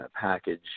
package